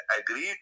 agreed